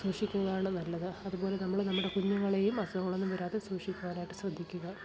സൂക്ഷിക്കുന്നതാണ് നല്ലത് അതുപോലെ നമ്മൾ നമ്മുടെ കുഞ്ഞുങ്ങളെയും അസുഖങ്ങളൊന്നും വരാതെ സൂക്ഷിക്കുവാനായിട്ട് ശ്രദ്ധിക്കുക